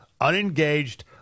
unengaged